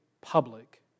public